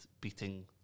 beating